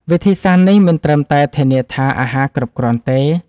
វិធីសាស្រ្តនេះមិនត្រឹមតែធានាថាអាហារគ្រប់គ្រាន់ទេ